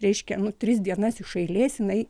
reiškia nu tris dienas iš eilės jinai